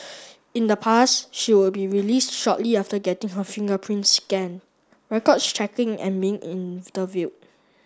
in the past she would be released shortly after getting her fingerprints scan records checking and being interviewed